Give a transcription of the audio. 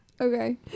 Okay